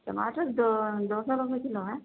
ٹماٹر دو دو سو روپے کلو ہیں